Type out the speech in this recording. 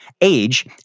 Age